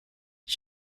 ich